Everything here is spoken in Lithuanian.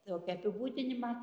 tokį apibūdinimą